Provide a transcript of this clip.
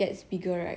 that's why quite sad